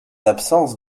absences